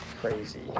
crazy